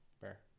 Fair